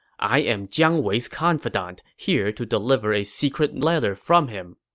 i am jiang wei's confidant, here to deliver a secret letter from him.